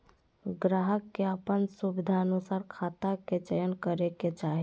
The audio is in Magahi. ग्राहक के अपन सुविधानुसार खाता के चयन करे के चाही